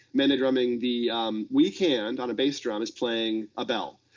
mande drumming, the weak hand on a bass drum is playing a bell.